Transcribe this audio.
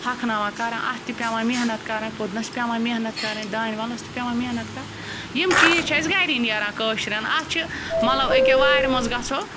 ہۄکھناوان کَران اَتھ تہِ پیٚوان محنت کَرٕنۍ پُدنَس پیٚوان محنت کَرٕنۍ دانہِ وَلَس تہِ پیٚوان محنت کَرٕنۍ یِم چیٖز چھِ اَسہِ گَرے نیران کٲشرٮ۪ن اَتھ چھِ مطلب أکیٛاہ وارِ منٛز گژھو